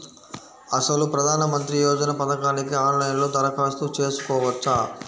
అసలు ప్రధాన మంత్రి యోజన పథకానికి ఆన్లైన్లో దరఖాస్తు చేసుకోవచ్చా?